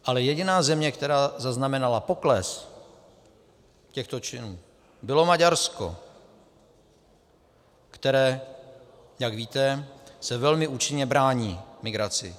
Ale jediná země, která zaznamenala pokles těchto činů, bylo Maďarsko, které, jak víte, se velmi účinně brání migraci.